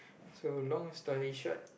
so long story short